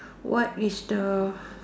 what is the